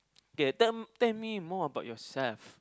K tell me more more about yourself